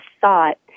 thought